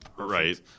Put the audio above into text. right